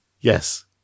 Yes